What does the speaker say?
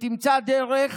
שתמצא דרך